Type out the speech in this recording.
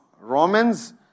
Romans